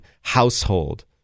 household